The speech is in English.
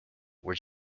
where